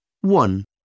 One